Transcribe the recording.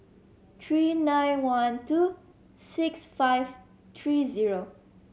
three nine one two six five three zero